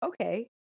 okay